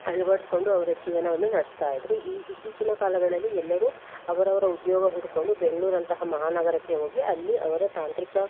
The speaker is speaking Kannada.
ಅಳವಡ್ಸ್ಕೊಂಡು ಅವರ ಜೀವನವನ್ನು ನಡೆಸ್ತಾಯಿದ್ರು ಇತ್ತೀಚಿನ ಕಾಲಗಳಲ್ಲಿ ಎಲ್ಲರು ಅವರವರ ಉದ್ಯೋಗ ಹುಡ್ಕೊಂಡು ಬೆಂಗ್ಳೂರು ಅಂತಹ ಮಹಾನಗರಕ್ಕೆ ಹೋಗಿ ಅಲ್ಲಿ ಅವರ ತಾಂತ್ರಿಕ